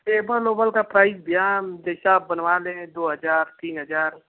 table oval का price भैया जैसा आप बनवा लें दो हज़ार तीन हज़ार